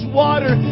water